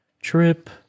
trip